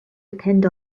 depend